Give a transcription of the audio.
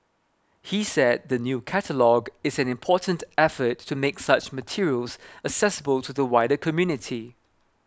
he said the new catalogue is an important effort to make such materials accessible to the wider community